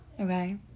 Okay